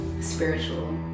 spiritual